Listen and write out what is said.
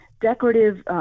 decorative